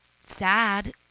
sad